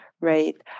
right